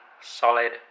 solid